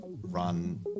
run